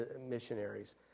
missionaries